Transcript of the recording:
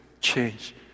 change